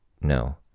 No